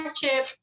chip